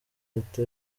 leta